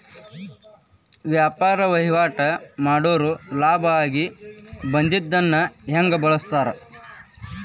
ವ್ಯಾಪಾರ್ ವಹಿವಾಟ್ ಮಾಡೋರ್ ಲಾಭ ಆಗಿ ಬಂದಿದ್ದನ್ನ ಹೆಂಗ್ ಬಳಸ್ತಾರ